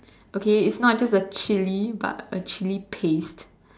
okay it's not just a chilli but a chilli paste